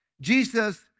Jesus